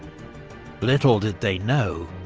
little did they know,